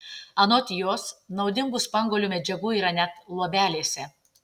anot jos naudingų spanguolių medžiagų yra net luobelėse